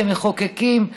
כמחוקקים,